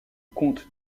comte